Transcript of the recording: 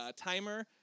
timer